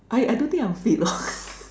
I I don't think I'm fit lor